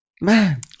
man